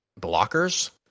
blockers